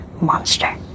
monster